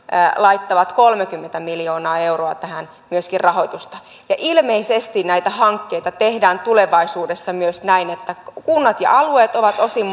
laittavat kolmekymmentä miljoonaa euroa tähän myöskin rahoitusta ilmeisesti näitä hankkeita tehdään tulevaisuudessa myös näin että kunnat ja alueet ovat osin